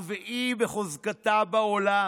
הרביעית בחוזקה בעולם.